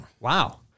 Wow